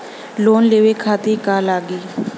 Loan लेवे खातीर का का लगी?